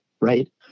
Right